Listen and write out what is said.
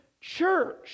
church